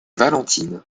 valentine